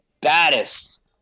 baddest